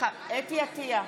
חוה אתי עטייה,